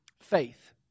faith